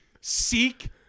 seek